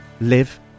live